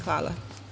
Hvala.